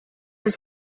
was